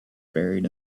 buried